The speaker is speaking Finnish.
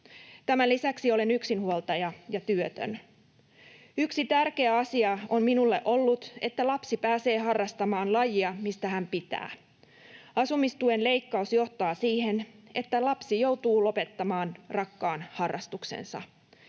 Tämän lisäksi olen yksinhuoltaja ja työtön. Yksi tärkeä asia on minulle ollut, että lapsi pääsee harrastamaan lajia, mistä hän pitää. Asumistuen leikkaus johtaa siihen, että lapsi joutuu lopettamaan rakkaan harrastuksensa.